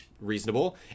reasonable